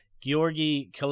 Georgi